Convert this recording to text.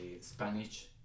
Spanish